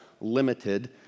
limited